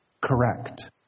correct